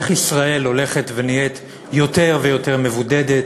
איך ישראל הולכת ונהיית יותר ויותר מבודדת,